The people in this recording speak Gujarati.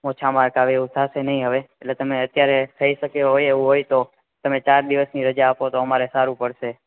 ઓછા માર્ક આવે એવું થાસે નય અવે એટલે તમે અત્યારે થઈ શકે હોય એવું હોય તો તમે ચાર દિવસની રજા આપો તો અમારે સારું પડશે